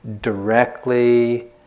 directly